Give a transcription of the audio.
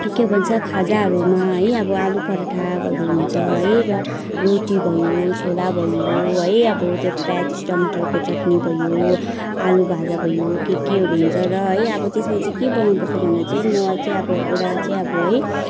के भन्छ खाजाहरूमा है अब आलुपराठाहरू हुन्छ है र रोटी भयो छोला भयो है अब त्यो प्याज टमाटरको चटनी भयो आलुभाजा भयो के केहरू हुन्छ र है अब त्यसमा चाहिँ के बनाउनुपर्छ भन्दा चाहिँ मलाई चाहिँ अब एउटा चाहिँ अब है